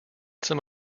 some